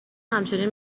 همچنین